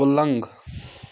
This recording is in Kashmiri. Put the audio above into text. پلنٛگ